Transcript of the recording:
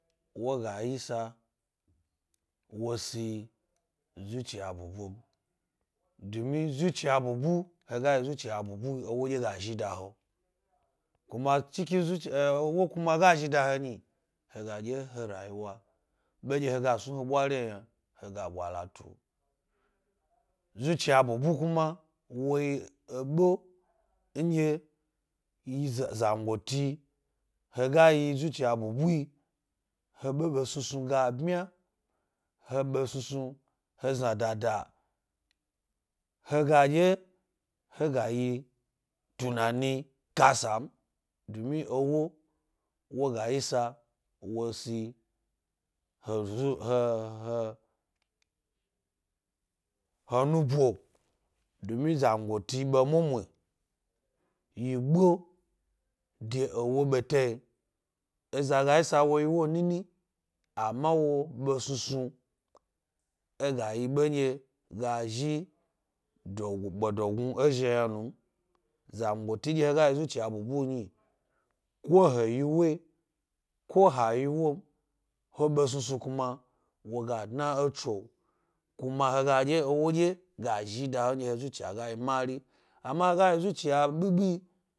Wo ga yisa wo si zuciya bubu m, umi zuciya bubu, he ga yi zuciya bu bayi, ewodye ga zhi da he nnyi. He ɗye he rayiwa ɓe ɗye he ga snu he bwari, yna, he ga ɓwa latu, zuciya bubu kuma woyi ebe nɗye zangoti he ga yi zuciyaa bubuyi, hebe ɓe snusnu ga bmmya, he be snusnu, he znada, he ga ɗye he ga yi tunani kasa m. dumi ewo, wo ga yisa wosi he zu-he-he nubo dumi zangotibe mummu yi gbo de ewo ɓetafi eza ga yisa wo yi wo nini, ama awo ɓe snu snu e ga yi be nɗye ga zhii gbodognu e zhi yna num. zangoti nɗye he ga yi zuciya bubu nyi, ko le yi wo’a, kohe yi wo m, hhe ɓe snusnu kuma wo ga dna eytsoo kuma he ga ɗye ewo ɗye ga zhi da he nɗye he zuciya ga yi mari ama he zuciya ga yi bibi